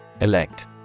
Elect